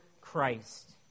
Christ